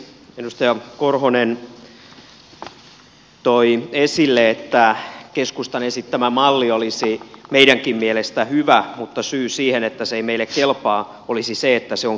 edustaja korhonen toi esille että keskustan esittämä malli olisi meidänkin mielestämme hyvä mutta syy siihen että se ei meille kelpaa olisi se että se on keskustan malli